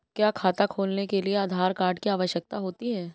क्या खाता खोलने के लिए आधार कार्ड की आवश्यकता होती है?